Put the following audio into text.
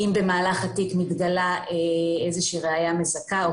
אם במהלך התיק מתגלה איזו ראיה מזכה או